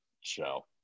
show